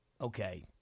Okay